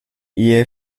ehe